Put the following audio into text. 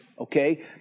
okay